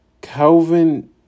Calvin